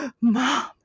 Mom